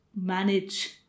manage